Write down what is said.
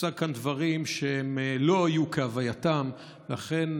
הוצגו כאן דברים שלא כהווייתם ולכן,